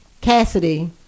Cassidy